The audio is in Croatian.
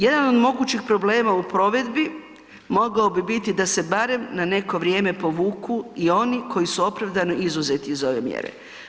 Jedan od mogućih problema u provedbi mogao bi biti da se barem na neko vrijeme povuku i oni koji su opravdano izuzeti iz ove mjere.